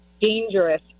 dangerous